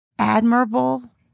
admirable